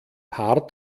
paar